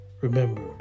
remember